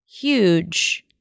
huge